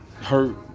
hurt